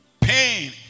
Pain